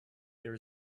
there